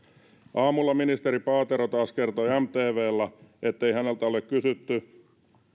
aamulla ministeri paatero taas kertoi mtvllä ettei häneltä ole kysytty